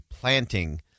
planting